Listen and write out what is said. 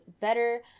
better